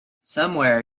somewhere